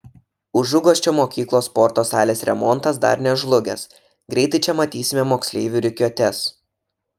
užuguosčio mokyklos sporto salės remontas dar nežlugęs greitai čia matysime moksleivių rikiuotes